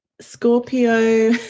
Scorpio